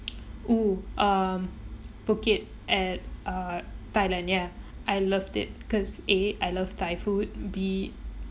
oo um phuket at uh thailand ya I loved it because A I love thai food B